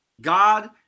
God